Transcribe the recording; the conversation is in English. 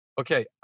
Okay